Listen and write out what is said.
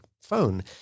phone